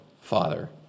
Father